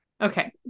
Okay